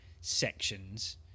sections